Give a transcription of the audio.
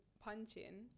punching